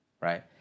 right